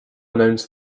announce